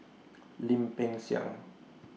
Lim Peng Siang